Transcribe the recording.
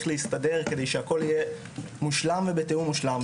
להסתדר כדי שהכול יהיה מושלם ובתיאום מושלם.